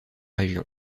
région